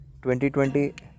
2020